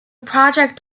project